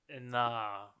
Nah